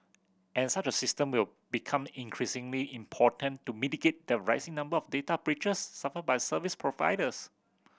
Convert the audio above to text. and such a system will become increasingly important to mitigate the rising number of data breaches suffered by service providers